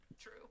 True